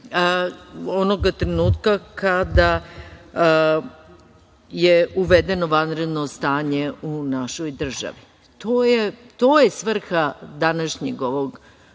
onoga trenutka kada je uvedeno vanredno stanje u našoj državi. To je svrha današnjeg ovog igrokaza